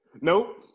Nope